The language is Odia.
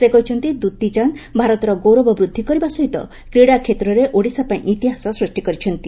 ସେ କହିଛନ୍ତି ଦୁତି ଚାନ୍ଦ ଭାରତର ଗୌରବ ବୃକ୍ଷି କରିବା ସହିତ କ୍ରୀଡ଼ା କ୍ଷେତ୍ରରେ ଓଡ଼ିଶା ପାଇଁ ଇତିହାସ ସୃଷି କରିଛନ୍ତି